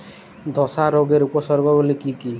ধসা রোগের উপসর্গগুলি কি কি?